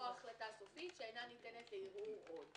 החלטה סופית שאיננה ניתנת לערעור עוד".